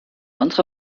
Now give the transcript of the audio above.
unsere